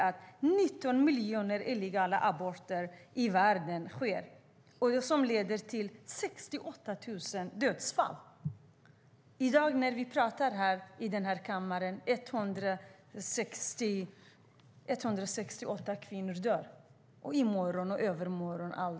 Varje år utförs 19 miljoner illegala aborter i världen, som leder 68 000 dödsfall. Medan vi talar här i kammaren dör 168 kvinnor. Det sker i dag, i morgon och i övermorgon.